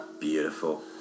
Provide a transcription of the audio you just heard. Beautiful